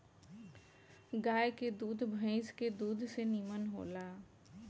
गाय के दूध भइस के दूध से निमन होला